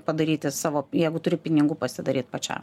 padaryti savo jeigu turi pinigų pasidaryt pačiam